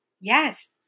Yes